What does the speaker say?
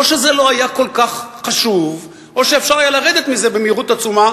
או שזה לא היה כל כך חשוב או שאפשר היה לרדת מזה במהירות עצומה,